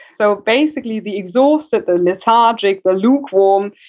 so, basically the exhausted, the lethargic, the lukewarm,